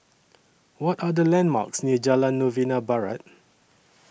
What Are The landmarks near Jalan Novena Barat